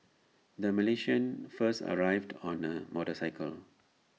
the Malaysians first arrived on A motorcycle